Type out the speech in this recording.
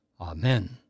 Amen